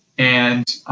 and,